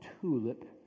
TULIP